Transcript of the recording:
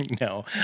No